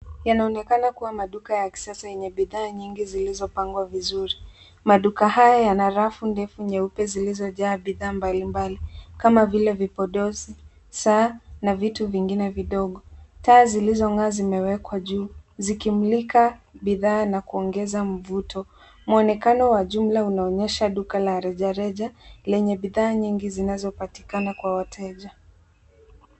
Yanaonekana kuwa maduka ya kisasa yenye bidhaa nyingi zilizopangwa vizuri. Maduka haya yana rafu ndefu nyeupe zilizojaa bidhaa mbalimbali kama vile vipodozi, saa na vitu vingine vidogo. Taa zilizo ngaa zimewekwa juu zikimulika bidhaa na kuongeza mvuto. Muonekano wa jumla unaonyesha duka la rejareja lenye bidhaa nyingi zinazopatikana kwa wateja.